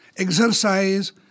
Exercise